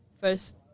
first